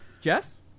jess